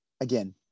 again